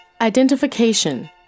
Identification